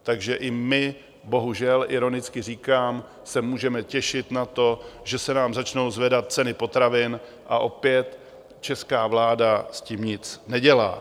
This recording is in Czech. Takže i my, bohužel, ironicky říkám, se můžeme těšit na to, že se nám začnou zvedat ceny potravin, a opět česká vláda s tím nic nedělá.